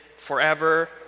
forever